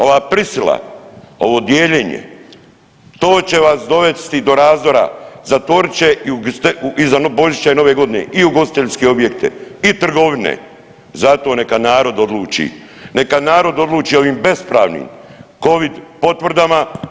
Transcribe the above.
Ova prisila, ovo dijeljenje to će vas dovesti do razdora, zatvorit će iza Božića i Nove godine i ugostiteljske objekte i trgovine, zato neka narod odluči, neka narod odluči o ovim bespravnim covid potvrdama.